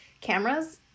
cameras